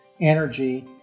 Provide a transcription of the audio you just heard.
energy